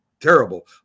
Terrible